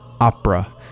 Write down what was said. opera